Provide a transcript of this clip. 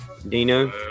Dino